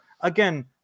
Again